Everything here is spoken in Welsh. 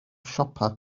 siopau